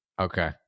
Okay